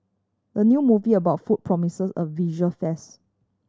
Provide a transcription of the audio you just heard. the new movie about food promises a visual fest